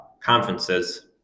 conferences